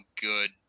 good